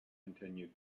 continued